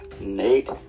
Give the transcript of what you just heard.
Nate